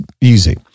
easy